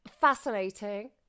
Fascinating